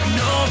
no